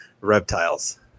reptiles